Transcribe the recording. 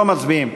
לא מצביעים.